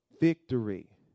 Victory